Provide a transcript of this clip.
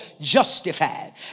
justified